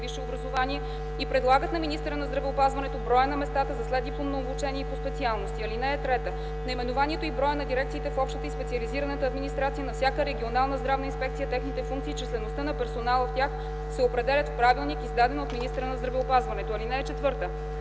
министъра на здравеопазването броя на местата за следдипломно обучение по специалности. (3) Наименованието и броят на дирекциите в общата и специализираната администрация на всяка регионална здравна инспекция, техните функции и числеността на персонала в тях се определят в правилник, издаден от министъра